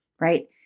right